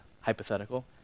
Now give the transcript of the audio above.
hypothetical